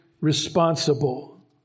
responsible